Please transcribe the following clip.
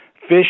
fish